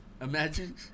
imagine